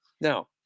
Now